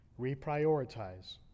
reprioritize